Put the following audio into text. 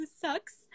sucks